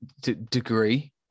degree